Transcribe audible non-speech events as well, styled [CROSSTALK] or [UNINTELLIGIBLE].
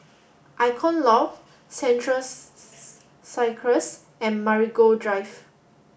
Icon Loft Central [UNINTELLIGIBLE] Circus and Marigold Drive